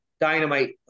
dynamite